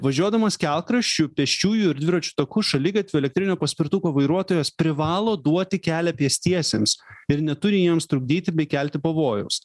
važiuodamas kelkraščiu pėsčiųjų ir dviračių taku šaligatviu elektrinio paspirtuko vairuotojas privalo duoti kelią pėstiesiems ir neturi jiems trukdyti bei kelti pavojaus